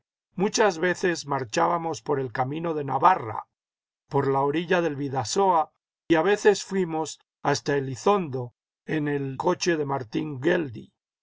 muchas veces marchábamos por el camino de navarra por la orilla del ridasoa y a veces fuimos hasta elizondo en el coche de martín